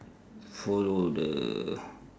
follow the